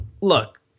look